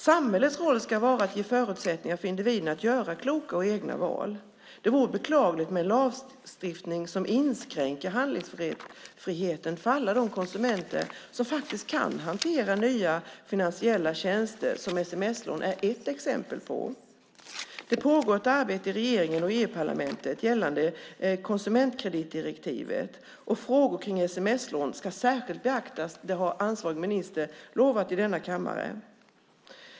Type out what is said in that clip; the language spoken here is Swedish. Samhällets roll ska vara att ge förutsättningar för individen att göra kloka och egna val. Det vore beklagligt med en lagstiftning som inskränker handlingsfriheten för alla de konsumenter som faktiskt kan hantera nya finansiella tjänster, som sms-lån är ett exempel på. Det pågår ett arbete i regeringen och i EU-parlamentet gällande konsumentkreditdirektivet. Frågor om sms-lån ska särskilt beaktas, har ansvarig minister lovat i denna kammare.